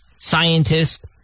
scientists